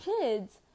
kids